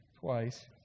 twice